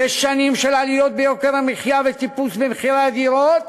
שש שנים של עליות ביוקר המחיה וטיפוס במחירי הדירות,